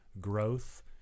growth